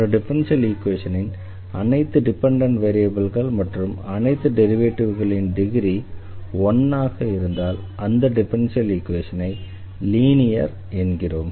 ஒரு டிஃபரன்ஷியல் ஈக்வேஷனின் அனைத்து டிபெண்டண்ட் வேரியபிள்கள் மற்றும் அனைத்து டெரிவேட்டிவ்களின் டிகிரி 1 ஆக இருந்தால் அந்த டிஃபரன்ஷியல் ஈக்வேஷனை லீனியர் என்கிறோம்